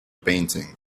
painting